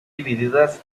divididas